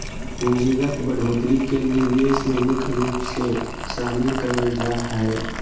पूंजीगत बढ़ोत्तरी के निवेश मे मुख्य रूप से शामिल करल जा हय